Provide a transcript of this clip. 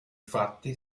fatti